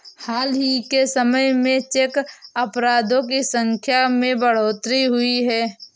हाल ही के समय में चेक अपराधों की संख्या में बढ़ोतरी हुई है